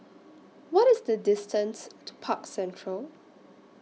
What IS The distance to Park Central